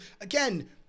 again